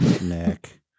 Nick